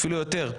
אפילו יותר,